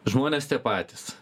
žmonės tie patys